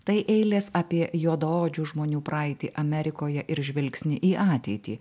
tai eilės apie juodaodžių žmonių praeitį amerikoje ir žvilgsnį į ateitį